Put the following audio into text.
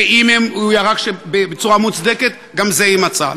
ואם הוא ירה בצורה מוצדקת גם זה יימצא.